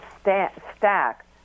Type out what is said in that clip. stack